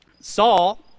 Saul